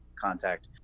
contact